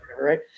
right